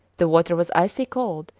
the water was icy cold,